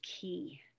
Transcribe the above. key